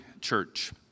church